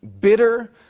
bitter